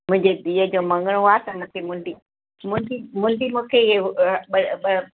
मुंहिंजे धीअ जो मंङणो आहे त मूंखे मुंडी मुंडी मूंखे अ ब ब